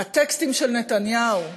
הטקסטים של נתניהו,